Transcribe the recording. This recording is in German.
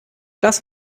das